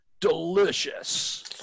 delicious